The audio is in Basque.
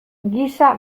gisa